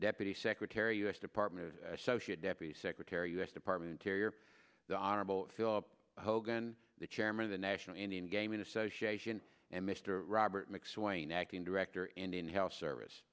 deputy secretary u s department of associate deputy secretary u s department carrier the honorable philip hogan the chairman of the national indian gaming association and mr robert mcswain acting director indian health service